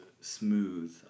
smooth